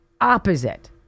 opposite